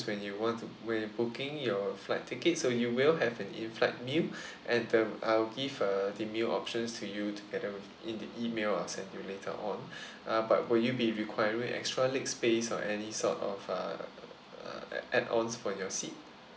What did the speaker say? when you want to when you booking your flight tickets so you will have an in-flight meal and uh I'll give uh the meal options to you together with in the email I'll send you later on uh but will you be requiring extra leg space or any sort of uh add-ons for your seat